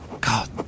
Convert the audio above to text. God